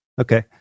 Okay